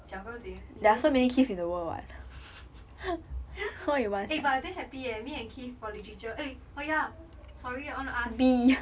讲不要紧你认识 keith meh eh but I'm damn happy eh me and keith for literature !oi! oh ya sorry I want to ask